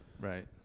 right